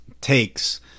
takes